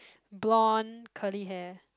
blond curly hair